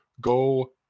Go